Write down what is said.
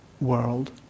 world